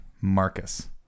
Marcus